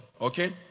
Okay